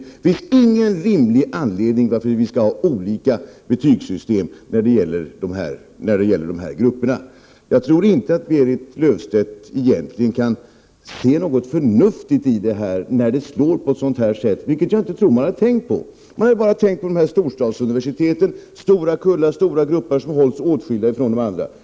Det finns ingen rimlig anledning till att vi skall ha olika betygssystem när det gäller de här grupperna. Jag tror inte att Berit Löfstedt egentligen kan se något förnuftigt i det när det slår på ett sådant här sätt, vilket jag tror att man inte har tänkt på. Man har bara tänkt på storstadsuniversiteten: stora kullar och stora grupper som hålls åtskilda från varandra.